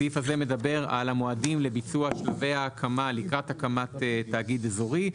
הסעיף הזה מדבר על המועדים לביצוע שלבי ההקמה לקראת הקמת תאגיד אזורי,